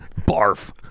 barf